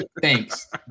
Thanks